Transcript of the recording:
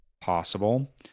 Possible